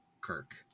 Kirk